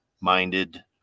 minded